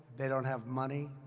they don't have money.